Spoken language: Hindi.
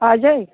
आ जाइए